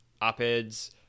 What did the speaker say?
op-eds